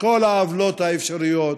כל העוולות האפשרויות,